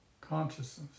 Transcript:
consciousness